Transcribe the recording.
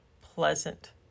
pleasant